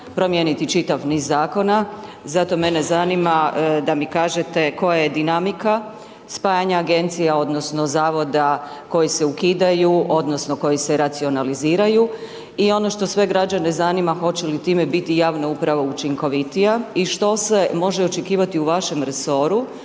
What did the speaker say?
promijeniti čitav niz zakona, zato mene zanima, da mi kažete, koja je dinamika spajanje agencija, odnosno, zavoda koje se ukidaju, onda, koje se racionaliziraju. I ono što sve građane zanima, hoće li time biti javna uprava učinkovitija i što se može očekivati u vašem resoru,